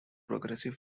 progressive